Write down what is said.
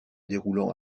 déroulant